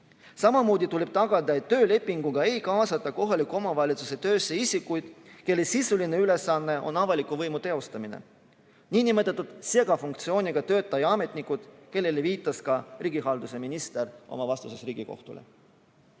Samamoodi tuleb tagada, et töölepinguga ei kaasata kohaliku omavalitsuse töösse isikuid, kelle sisuline ülesanne on avaliku võimu teostamine – nn segafunktsiooniga töötajad ja ametnikud, kellele viitas ka riigihalduse minister oma vastuses Riigikohtule.